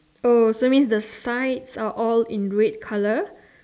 oh so you means the sides are all in red colour